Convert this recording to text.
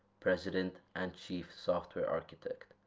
president and chief software architect,